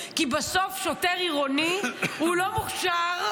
כי בסוף שוטר עירוני הוא לא מוכשר,